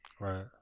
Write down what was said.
Right